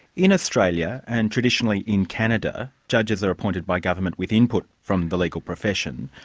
in australia, and traditionally in canada, judges are appointed by government with input from the legal profession,